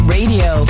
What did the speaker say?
Radio